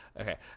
okay